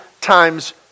times